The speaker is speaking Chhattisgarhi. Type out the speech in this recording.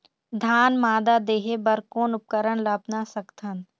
धान मादा देहे बर कोन उपकरण ला अपना सकथन?